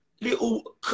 Little